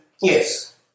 Yes